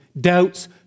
doubts